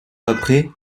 après